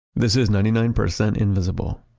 this is ninety nine percent invisible.